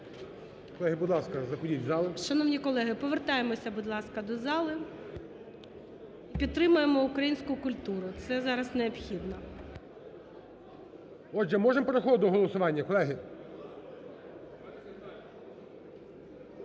Шановні колеги, повертаємося, будь ласка, до зали. Підтримаємо українську культуру, це зараз необхідно.